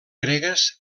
gregues